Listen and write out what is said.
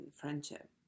friendship